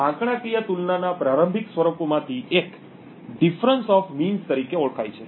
આંકડાકીય તુલનાના પ્રારંભિક સ્વરૂપોમાંથી એક ડીફરંસ ઓફ મીન્સ તરીકે ઓળખાય છે